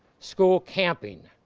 school camping,